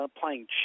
playing